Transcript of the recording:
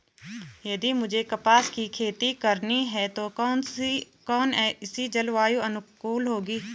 यदि मुझे कपास की खेती करनी है तो कौन इसी जलवायु अनुकूल होगी?